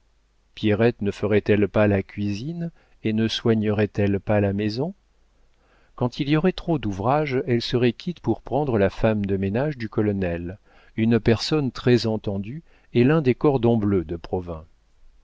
pierrette ne ferait-elle pas la cuisine et ne soignerait elle pas la maison quand il y aurait trop d'ouvrage elle serait quitte pour prendre la femme de ménage du colonel une personne très entendue et l'un des cordons bleus de provins